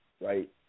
Right